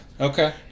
Okay